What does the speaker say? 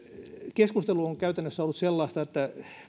keskustelu on käytännössä ollut sellaista että